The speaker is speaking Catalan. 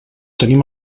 tenim